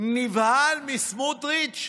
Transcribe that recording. ביטל, נבהל מסמוטריץ',